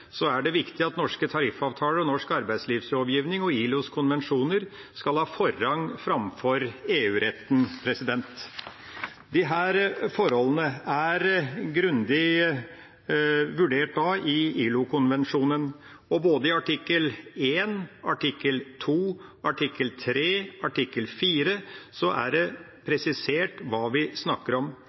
er det viktig at norske tariffavtaler, norsk arbeidslivslovgivning og ILOs konvensjoner skal ha forrang framfor EU-retten. Disse forholdene er grundig vurdert i ILO-konvensjonen. I både artikkel 1, 2, 3 og 4 er det presisert hva vi snakker om.